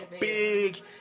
big